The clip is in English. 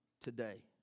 today